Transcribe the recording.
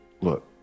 look